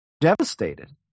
devastated